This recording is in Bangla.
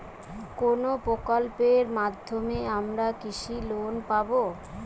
কোন প্রকল্পের মাধ্যমে আমরা কৃষি লোন পাবো?